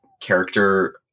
character